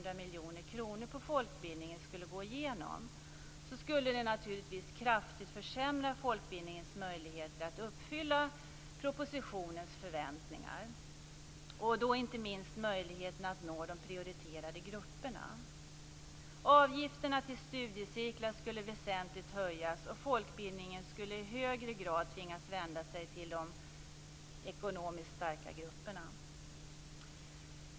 Om miljoner kronor på folkbildningen skulle gå igenom skulle folkbildningens möjligheter att uppfylla de förväntningar som uttrycks i propositionen naturligtvis kraftigt försämras. Det gäller inte minst möjligheterna att nå de prioriterade grupperna. Avgifterna till studiecirklar skulle väsentligt höjas, och folkbildningen skulle i högre grad tvingas vända sig till de ekonomiskt starkare grupperna.